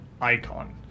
icon